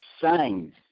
signs